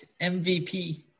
MVP